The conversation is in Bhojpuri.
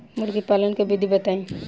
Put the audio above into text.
मुर्गीपालन के विधी बताई?